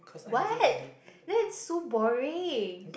what that's so boring